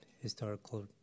historical